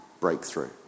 breakthrough